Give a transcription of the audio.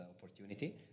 opportunity